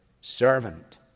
servant